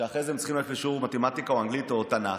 ואחרי זה הם צריכים ללכת לשיעור מתמטיקה או אנגלית או תנ"ך.